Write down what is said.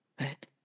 Right